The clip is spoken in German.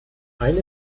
eine